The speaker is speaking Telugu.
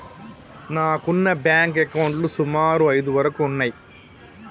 నాకున్న బ్యేంకు అకౌంట్లు సుమారు ఐదు వరకు ఉన్నయ్యి